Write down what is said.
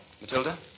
Matilda